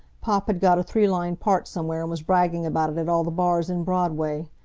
pop had got a three-line part somewhere and was bragging about it at all the bars in broadway.